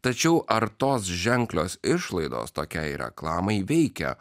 tačiau ar tos ženklios išlaidos tokiai reklamai veikia